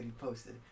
posted